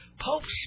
popes